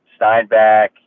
Steinbeck